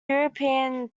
european